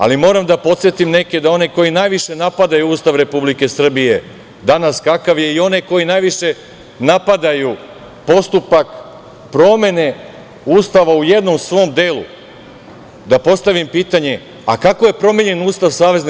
Ali, moram da podsetim neke da oni koji najviše napadaju Ustav Republike Srbije, danas kakav je, i one koji najviše napadaju postupak promene Ustava u jednom svom delu, da postavim pitanje – a kako je promenjen ustav SRJ?